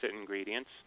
ingredients